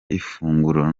ifunguro